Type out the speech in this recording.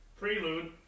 prelude